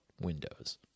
Windows